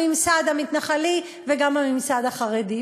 הממסד המתנחלי וגם הממסד החרדי.